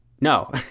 No